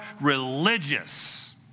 religious